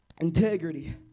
integrity